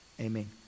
Amen